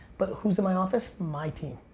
but who's in my office? my team.